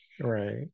right